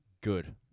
good